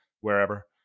wherever